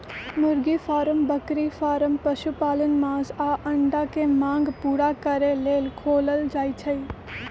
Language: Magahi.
मुर्गी फारम बकरी फारम पशुपालन मास आऽ अंडा के मांग पुरा करे लेल खोलल जाइ छइ